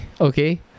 okay